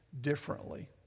differently